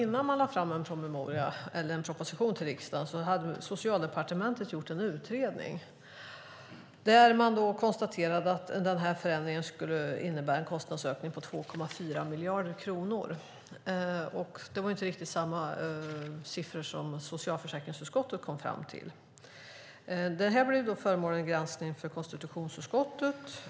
Innan den lade fram en proposition till riksdagen hade Socialdepartementet gjort en utredning där man konstaterade att förändringen skulle innebära en kostnadsökning på 2,4 miljarder kronor. Det var inte riktigt samma siffror som socialförsäkringsutskottet kom fram till. Detta blev föremål för en granskning av konstitutionsutskottet.